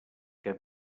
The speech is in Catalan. que